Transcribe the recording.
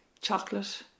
chocolate